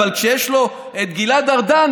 אבל כשיש לו את גלעד ארדן,